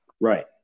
Right